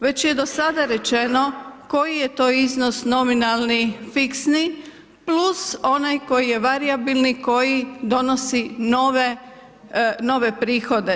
Već je dosada rečeno koji je to iznos nominalni, fiksni, plus onaj koji je varijabilni, koji donosi nove prihode.